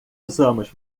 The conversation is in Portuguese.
usamos